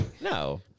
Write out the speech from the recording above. No